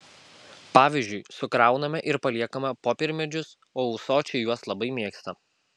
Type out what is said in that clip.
pavyzdžiui sukrauname ir paliekame popiermedžius o ūsočiai juos labai mėgsta